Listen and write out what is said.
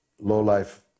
low-life